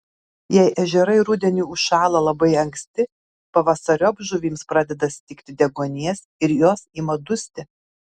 jei ežerai rudenį užšąla labai anksti pavasariop žuvims pradeda stigti deguonies ir jos ima dusti